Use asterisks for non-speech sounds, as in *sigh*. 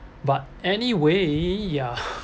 but anyway ya *noise*